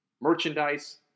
merchandise